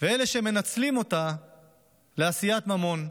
ואלה שמנצלים אותה לעשיית ממון.